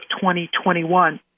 2021